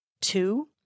Two